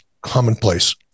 commonplace